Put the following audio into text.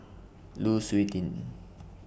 Lu Suitin